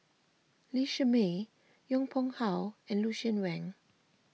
Lee Shermay Yong Pung How and Lucien Wang